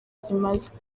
zimaze